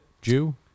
Jew